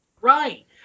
Right